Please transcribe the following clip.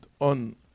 on